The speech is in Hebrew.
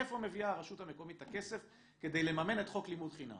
מאיפה מביאה הרשות המקומית את הכסף כדי לממן את חוק לימוד חינם?